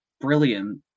brilliant